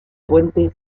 puente